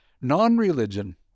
non-religion